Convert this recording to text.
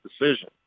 decision